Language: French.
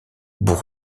était